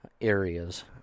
areas